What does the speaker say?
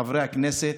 חברי הכנסת,